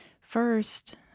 First